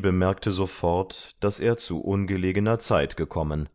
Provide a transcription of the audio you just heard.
bemerkte sofort daß er zu ungelegener zeit gekommen